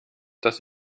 dass